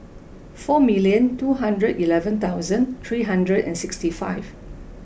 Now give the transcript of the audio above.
four million two hundred eleven thousand three hundred and sixty five